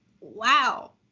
wow